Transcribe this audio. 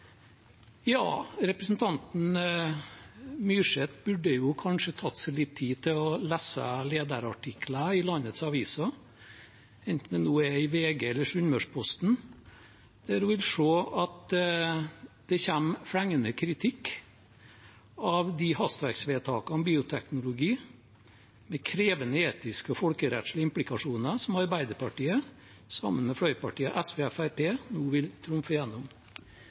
Representanten Myrseth burde kanskje ha tatt seg litt tid til å lese lederartikler i landets aviser, enten det er i VG eller i Sunnmørsposten, der hun vil se at det kommer flengende kritikk av de hastverksvedtakene om bioteknologi, med krevende etiske og folkerettslige implikasjoner, som Arbeiderpartiet sammen med fløypartiene SV og Fremskrittspartiet nå vil trumfe igjennom.